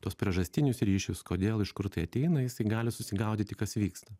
tuos priežastinius ryšius kodėl iš kur tai ateina jisai gali susigaudyti kas įvyksta